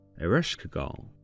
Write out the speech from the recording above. Ereshkigal